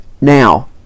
Now